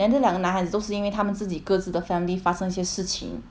then 这两个男孩子都是因为他们自己各自的 family 发生一些事情